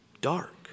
dark